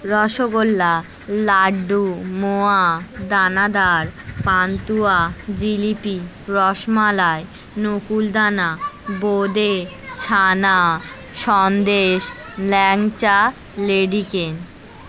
রসগোল্লা লাড্ডু মোয়া দানাদার পান্তুয়া জিলিপি রসমালাই নকুলদানা বোঁদে ছানা সন্দেশ ল্যাংচা লেডিকেনি